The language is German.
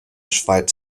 schweiz